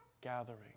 gathering